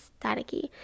staticky